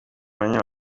mwanya